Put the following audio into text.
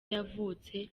yavutse